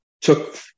took